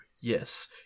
Yes